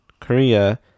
Korea